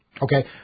Okay